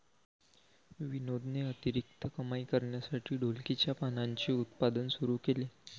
विनोदने अतिरिक्त कमाई करण्यासाठी ढोलकीच्या पानांचे उत्पादन सुरू केले